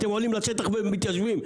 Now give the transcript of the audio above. אתם עולים לשטח ומתיישבים.